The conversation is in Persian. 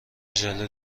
ژله